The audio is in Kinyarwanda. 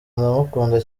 ndamukunda